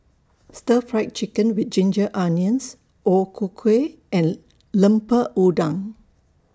Stir Fried Chicken with Ginger Onions O Ku Kueh and Lemper Udang